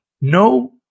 No